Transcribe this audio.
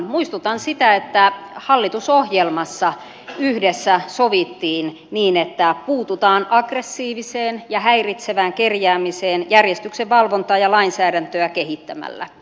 muistutan siitä että hallitusohjelmassa yhdessä sovittiin niin että puututaan aggressiiviseen ja häiritsevään kerjäämiseen järjestyksenvalvontaa ja lainsäädäntöä kehittämällä